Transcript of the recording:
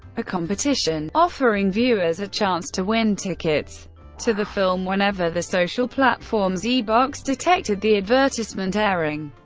a competition, offering viewers a chance to win tickets to the film whenever the social platform zeebox detected the advertisement airing,